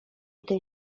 ten